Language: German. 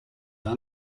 war